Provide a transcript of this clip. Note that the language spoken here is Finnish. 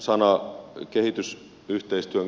täällä jopa väläytettiin